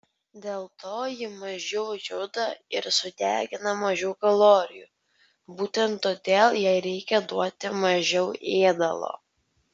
dėl to ji mažiau juda ir sudegina mažiau kalorijų būtent todėl jai reikia duoti mažiau ėdalo